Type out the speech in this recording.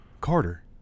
Carter